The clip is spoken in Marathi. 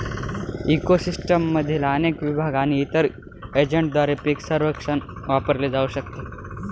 इको सिस्टीममधील अनेक विभाग आणि इतर एजंटद्वारे पीक सर्वेक्षण वापरले जाऊ शकते